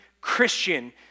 Christian